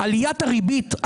עליית הריבית,